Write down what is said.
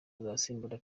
azasimbura